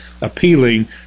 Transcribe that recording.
appealing